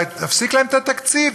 להפסיק להם את התקציב,